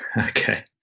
Okay